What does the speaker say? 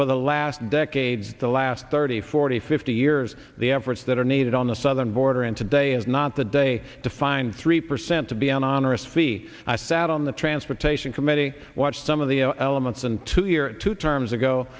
for the last decades the last thirty forty fifty years the efforts that are needed on the southern border and today is not the day to find three percent to be an honor it's feet i sat on the transportation committee watch some of the elements and two year two terms ago